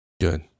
Good